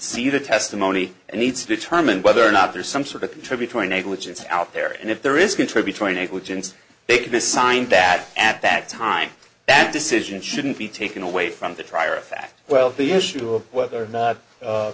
see the testimony and needs to determine whether or not there is some sort of contributory negligence out there and if there is contributory negligence they could miss signs that at that time that decision shouldn't be taken away from the trier of fact well the issue of whether or not